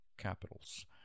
capitals